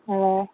ꯑꯣ